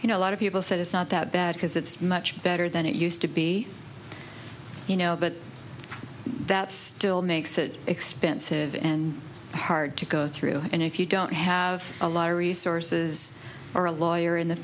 you know a lot of people said it's not that bad because it's much better than it used to be you know but that still makes it expensive and hard to go through and if you don't have a lot of resources or a lawyer in the